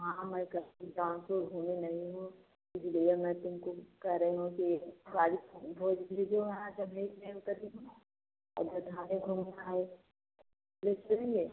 हाँ मैं कभी गाँव से घूमी नहीं हूँ इसलिए मैं तुमको कह रही हूँ कि गाड़ी और घूमना है मिस्त्री है